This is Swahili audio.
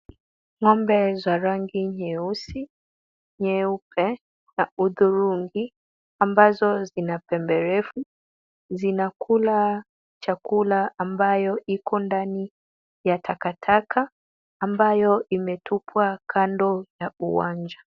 Ng'ombe za rangi nyeusi, nyeupe na uthurungi ambazo zina pembe refu zinakula chakula ambayo iko ndani ya takataka ambayo imetupwa kando ya uwanja.